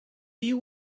you